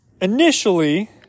initially